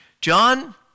John